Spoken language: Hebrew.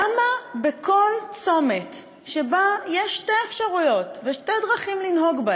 למה בכל צומת שבו יש שתי אפשרויות ושתי דרכים לנהוג,